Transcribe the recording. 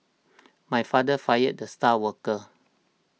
my father fired the star worker